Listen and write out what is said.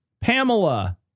Pamela